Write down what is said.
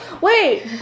Wait